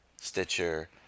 stitcher